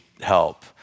help